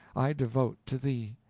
i devote to thee.